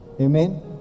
Amen